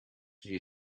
you